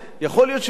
יכול להיות שבסוף,